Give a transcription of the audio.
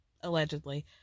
allegedly